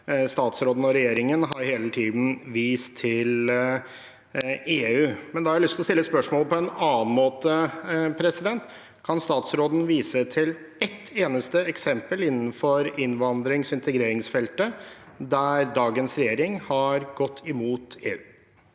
Statsråden og regjeringen har hele tiden vist til EU. Da har jeg lyst til å stille spørsmålet på en annen måte. Kan statsråden vise til ett eneste eksempel innenfor innvandrings- og integreringsfeltet der dagens regjering har gått imot EU?